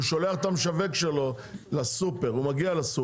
הוא שולח את המשווק שלו לסופר ומנהל את זה.